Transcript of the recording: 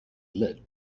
light